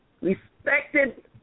respected